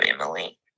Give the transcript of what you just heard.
Emily